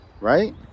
right